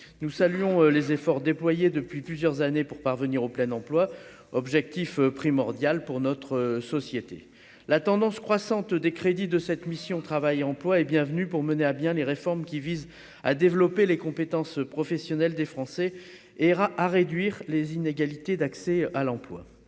nous saluons les efforts déployés depuis plusieurs années pour parvenir au plein emploi, objectif primordial pour notre société, la tendance croissante des crédits de cette mission Travail, emploi et bienvenue pour mener à bien les réformes qui visent à développer les compétences professionnelles des Français et ira à réduire les inégalités d'accès à l'emploi,